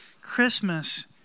Christmas